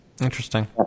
Interesting